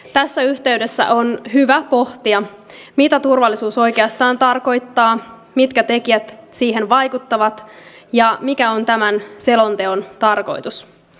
tässä yhteydessä on hyvä pohtia mitä turvallisuus oikeastaan tarkoittaa mitkä tekijät siihen vaikuttavat ja mikä on tämän selonteon tarkoitus